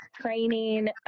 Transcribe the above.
training